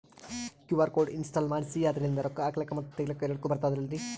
QR code ನ install ಮಾಡೆಸಿ ಅದರ್ಲಿಂದ ರೊಕ್ಕ ಹಾಕ್ಲಕ್ಕ ಮತ್ತ ತಗಿಲಕ ಎರಡುಕ್ಕು ಬರ್ತದಲ್ರಿ?